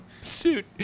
suit